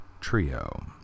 Trio